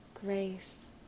grace